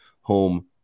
home